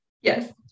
yes